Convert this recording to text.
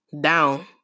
down